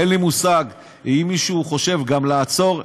אין לי מושג אם מישהו חושב גם לעצור,